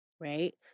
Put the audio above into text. right